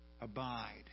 abide